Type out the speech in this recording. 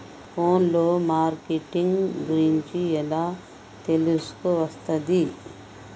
Phone లో marketing గురించి ఎలా తెలుసుకోవస్తది?